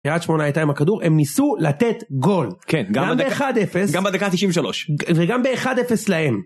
קריית שמונה הייתה עם הכדור, הם ניסו לתת גול, גם ב-1-0, גם בדקה ה93, וגם ב-1-0 להם.